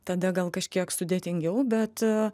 tada gal kažkiek sudėtingiau bet